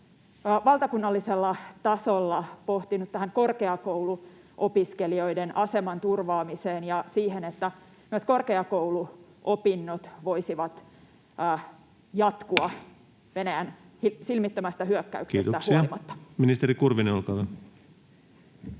valtakunnallisella tasolla pohtinut tähän korkeakouluopiskelijoiden aseman turvaamiseen ja siihen, että myös korkeakouluopinnot voisivat jatkua Venäjän silmittömästä hyökkäyksestä huolimatta? Kiitoksia. — Ministeri Kurvinen, olkaa hyvä.